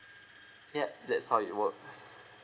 yup that's how it works